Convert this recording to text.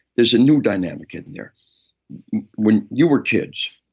there's a new dynamic, isn't there? when you were kids.